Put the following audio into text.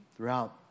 Throughout